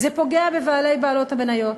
זה פוגע בבעלי ובעלות המניות.